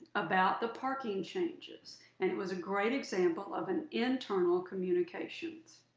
about the parking changes. and it was a great example of an internal communications.